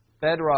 bedrock